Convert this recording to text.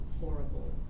horrible